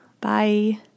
Bye